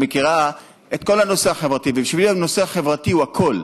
שמכירה את כל הנושא החברתי ובשבילה הנושא החברתי הוא הכול.